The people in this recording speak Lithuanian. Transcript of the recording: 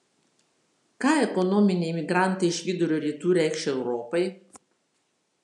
ką ekonominiai migrantai iš vidurio rytų reikš europai